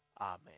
amen